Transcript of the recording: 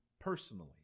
personally